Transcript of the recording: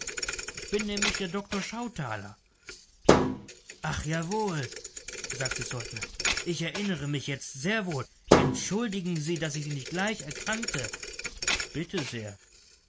ich bin nämlich der doktor schauthaler ach jawohl sagte saltner ich erinnere mich jetzt sehr wohl entschuldigen sie daß ich sie nicht gleich erkannte bitte sehr